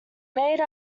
made